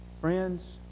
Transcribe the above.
Friends